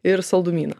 ir saldumyną